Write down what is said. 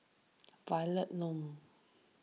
Violet Lon